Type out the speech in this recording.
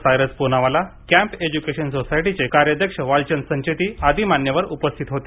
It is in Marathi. सायरस पुनावाला कॅम्प एज्युकेशन सोसायटीचे कार्याध्यक्ष वालचंद संचेती मान्यवर आदी उपस्थित होते